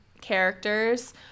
characters